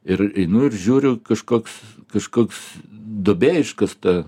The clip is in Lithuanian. ir einu ir žiūriu kažkoks kažkoks duobė iškasta